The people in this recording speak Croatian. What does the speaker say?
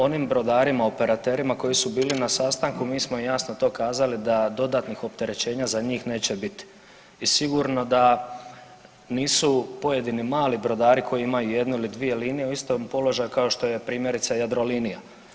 Onim brodarima, operaterima koji su bili na sastanku mi smo im to jasno kazali da dodatnih opterećenja za njih neće biti i sigurno da nisu pojedini mali brodari koji imaju jednu ili dvije linije u istom položaju kao što je primjerice Jadrolinija.